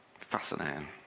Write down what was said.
Fascinating